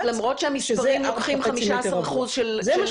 שזה 4.5 מ"ר.